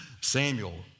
Samuel